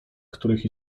których